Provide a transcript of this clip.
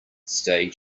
stay